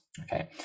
okay